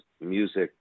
music